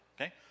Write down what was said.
okay